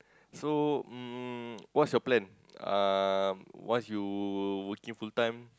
so um what's your plan um once you working full time